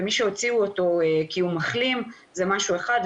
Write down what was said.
ומי שהוציאו אותו כי הוא מחלים זה משהו אחד,